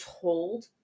told